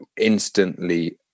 instantly